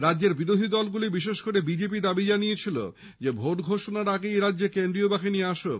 রাজ্যের বিরোধী দলগুলি বিশেষ করে বিজেপি দাবি জানিয়েছিল ভোট ঘোষণার আগেই এরাজ্যে কেন্দ্রীয় বাহিনী আসুক